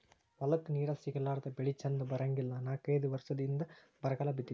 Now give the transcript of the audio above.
ಹೊಲಕ್ಕ ನೇರ ಸಿಗಲಾರದ ಬೆಳಿ ಚಂದ ಬರಂಗಿಲ್ಲಾ ನಾಕೈದ ವರಸದ ಹಿಂದ ಬರಗಾಲ ಬಿದ್ದಿತ್ತ